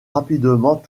rapidement